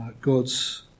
God's